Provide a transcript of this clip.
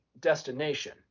destination